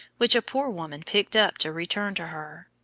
which a poor woman picked up to return to her.